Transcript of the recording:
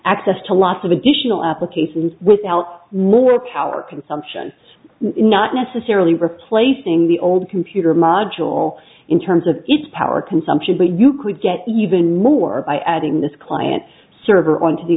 access to lots of additional applications without more power consumption not necessarily replacing the old computer module in terms of its power consumption but you could get even more by adding this client server on to the